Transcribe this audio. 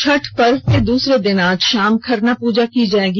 छठ पर्व के दूसरे दिन आज शाम खरना पूजा की जायेगी